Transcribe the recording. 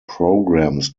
programs